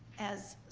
as,